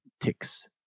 ticks